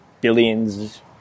billions